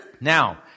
Now